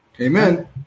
Amen